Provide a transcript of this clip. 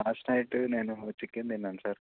last night నేను chicken తిన్నాను sir